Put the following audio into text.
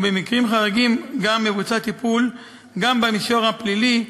ובמקרים חריגים מבוצע טיפול גם במישור הפלילי,